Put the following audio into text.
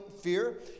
Fear